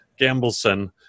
Gambleson